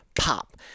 pop